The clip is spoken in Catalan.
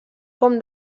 com